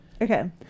Okay